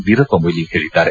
ವೀರಪ್ಪ ಮೋಯ್ಡಿ ಹೇಳಿದ್ದಾರೆ